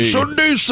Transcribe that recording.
Sunday